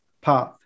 path